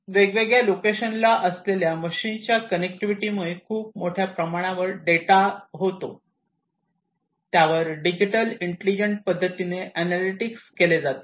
वेगवेगळ्या लोकेशनला असलेल्या मशीनच्या कनेक्टिविटी मुळे खूप मोठ्या प्रमाणावर डेटा तयार होतो त्यावर इंटेलिजंट पद्धतीने एनलेटिक्स केले जाते